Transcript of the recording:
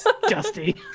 Dusty